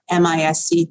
MISC